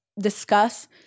discuss